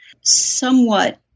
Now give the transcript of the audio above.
somewhat